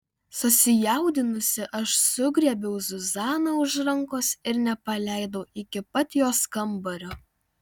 susijaudinusi aš sugriebiau zuzaną už rankos ir nepaleidau iki pat jos kambario